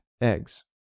eggs